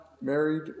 married